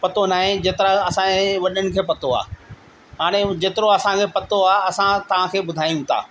पतो न आहे जेतिरा असांजे वॾनि खे पतो आहे हाणे जेतिरो असांखे पतो आहे असां तव्हांखे ॿुधायूं था